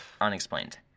Unexplained